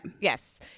yes